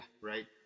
Right